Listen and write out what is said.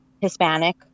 Hispanic